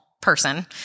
person